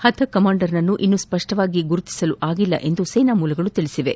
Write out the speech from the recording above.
ಹತ ಕಮಾಂಡರ್ನನ್ನು ಇನ್ನು ಸ್ಪಷ್ಟವಾಗಿ ಗುರುತಿಸಲಾಗಲಿಲ್ಲ ಎಂದು ಸೇನಾ ಮೂಲಗಳು ತಿಳಿಸಿವೆ